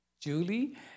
Julie